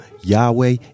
Yahweh